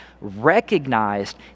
recognized